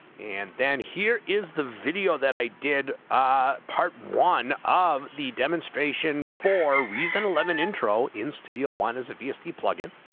and then hear is the video that i'd did a part one of the demonstration four reason eleven int role in studio one is abuse the plug